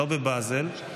לא בבזל,